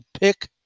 pick